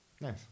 nice